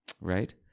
right